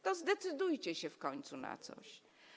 To zdecydujcie się w końcu na coś.